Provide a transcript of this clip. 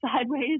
sideways